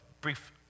brief